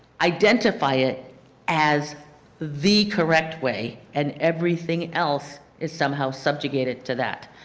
identify it as the correct way and everything else is somehow subjugated to that.